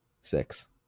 Six